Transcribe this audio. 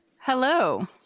Hello